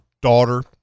daughter